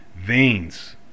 veins